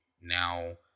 now